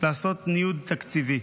לעשות ניוד תקציבי.